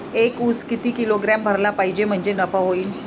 एक उस किती किलोग्रॅम भरला पाहिजे म्हणजे नफा होईन?